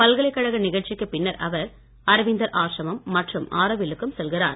பல்கலைக்கழக நிகழ்ச்சிக்கு பின்னர் அவர் அரவிந்தர் ஆஸ்ரமம் மற்றும் ஆரோவில்லுக்கும் செல்கிறார்